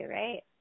right